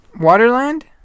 Waterland